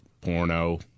porno